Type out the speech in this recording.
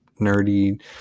nerdy